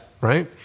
right